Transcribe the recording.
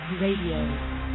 RADIO